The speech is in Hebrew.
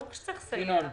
ברור שצריך לסייע.